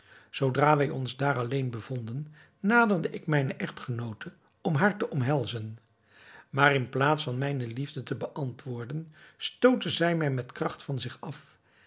zoodra wij ons daar alleen bevonden naderde ik mijne echtgenoote om haar te omhelzen maar in plaats van mijne liefde te beantwoorden stootte zij mij met kracht van zich af